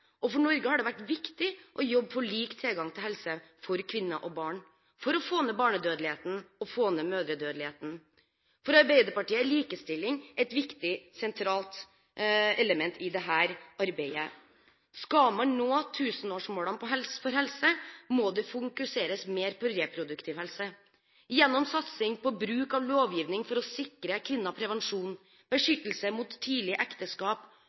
vært viktig å jobbe for lik tilgang til helse for kvinner og barn for å få ned barnedødeligheten og mødredødeligheten. For Arbeiderpartiet er likestilling et viktig, sentralt element i dette arbeidet. Skal man nå tusenårsmålene for helse, må det fokuseres mer på reproduktiv helse gjennom satsing på bruk av lovgivning for å sikre kvinner tilgang til prevensjon, beskyttelse mot tidlig ekteskap,